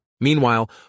Meanwhile